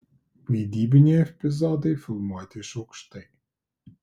vaidybiniai epizodai filmuoti iš aukštai